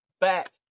back